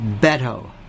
Beto